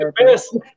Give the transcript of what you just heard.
best